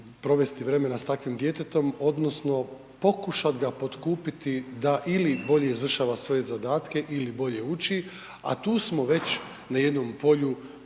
provesti vremena s takvim djetetom odnosno pokušati ga potkupiti da ili bolje izvršava svoje zadatke ili bolje uči a tu smo već na jednom polju